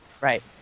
Right